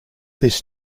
this